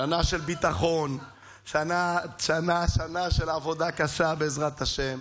שנה של ביטחון, שנה של עבודה קשה, בעזרת השם,